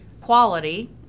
quality